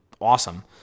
awesome